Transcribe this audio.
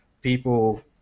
people